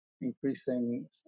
increasing